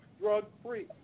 Drug-free